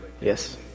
Yes